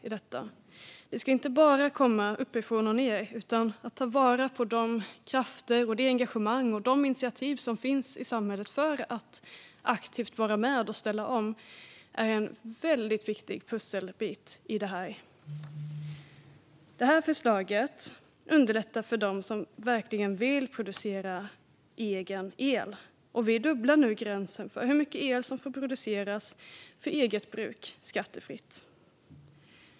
Engagemanget ska inte bara vara uppifrån och ned, utan man ska ta vara på de krafter, det engagemang och de initiativ som finns i samhället för att aktivt vara med och ställa om. Det är en väldigt viktig pusselbit i detta. Detta förslag underlättar för dem som verkligen vill producera egen el. Vi dubblerar nu gränsen för hur mycket el som får produceras för eget bruk skattefritt.